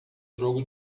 jogo